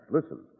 Listen